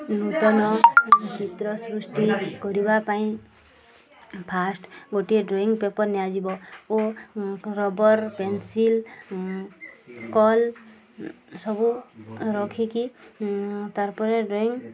ନୂତନ ଚିତ୍ର ସୃଷ୍ଟି କରିବା ପାଇଁ ଫାଷ୍ଟ ଗୋଟିଏ ଡ୍ରଇଂ ପେପର ନିଆଯିବ ଓ ରବର ପେନସିଲ୍ କଲ୍ ସବୁ ରଖିକି ତାର୍ ପରେ ଡ୍ରଇଂ